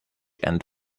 and